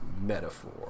metaphor